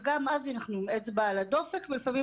וגם אז אנחנו עם האצבע על הדופק ולפעמים